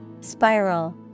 Spiral